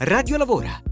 Radiolavora